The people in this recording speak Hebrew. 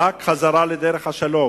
רק חזרה לדרך השלום.